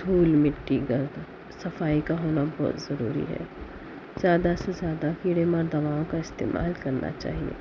دھول مٹی کا ہوتا ہے صفائی کا ہونا بہت ضروری ہے زیادہ سے زیادہ کیڑے مار دوا کا استعمال کرنا چاہیے